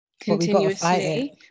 continuously